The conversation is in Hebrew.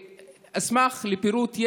אשמח ליותר פירוט,